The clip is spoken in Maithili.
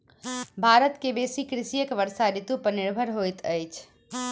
भारत के बेसी कृषक वर्षा ऋतू पर निर्भर होइत अछि